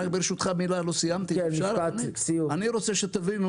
רק ברשותך מילה, לא סיימתי: אני רוצה שתבינו